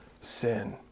sin